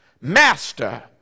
master